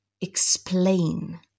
explain